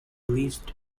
least